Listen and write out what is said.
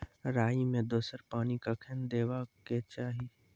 राई मे दोसर पानी कखेन देबा के चाहि?